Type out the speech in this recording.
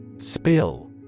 Spill